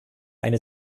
eine